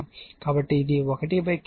కాబట్టి ఇది 1 Q0 లేదా